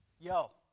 Yo